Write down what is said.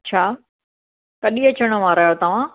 अच्छा कॾहिं अचण वारा आहियो तव्हां